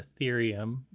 Ethereum